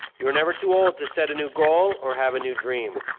you are never too old to set a new goal or have a new dream.